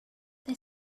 they